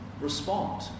respond